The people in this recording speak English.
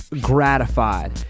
gratified